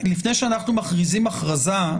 לפני שאנחנו מכריזים הכרזה,